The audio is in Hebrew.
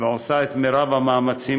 ועושה את מרב המאמצים,